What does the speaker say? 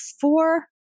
four